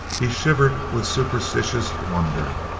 he shivered with superstitious wonder.